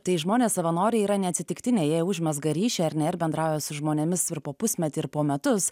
tai žmonės savanoriai yra neatsitiktiniai jie užmezga ryšį ar ne ir bendrauja su žmonėmis ir po pusmetį ir po metus